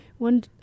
One